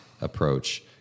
approach